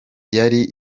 yari